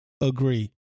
agree